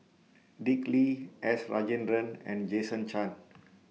Dick Lee S Rajendran and Jason Chan